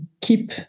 keep